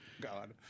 god